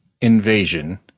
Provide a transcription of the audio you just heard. invasion